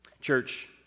Church